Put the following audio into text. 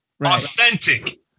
Authentic